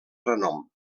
renom